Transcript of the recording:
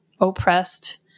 oppressed